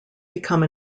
become